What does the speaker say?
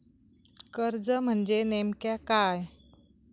कर्ज म्हणजे नेमक्या काय?